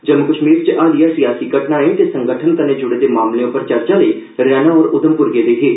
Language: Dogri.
जम्मू कश्मीर च हालिया सियासी घटनाएं ते संगठन कन्नै जुड़े दे मामलें पर चर्चा लेई रैना होर उधमप्र गेदे हे